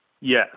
Yes